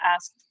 ask